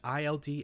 ILD